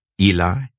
Eli